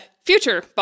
future